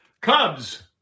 Cubs